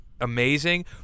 amazing